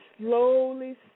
slowly